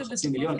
של חצי מיליון,